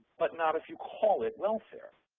but not if you call it welfare.